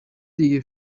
دیگه